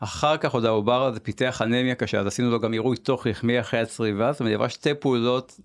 אחר כך עוד העובר הזה פיתח אנמיה קשה, אז עשינו לו גם עירוי תוך-רחמי אחרי הצריבה, זאת אומרת, היא עברה שתי פעולות